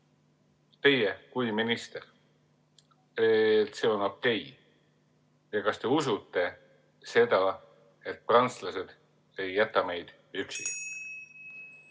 teie kui minister, et see on okei? Ja kas te usute seda, et prantslased ei jäta meid üksi?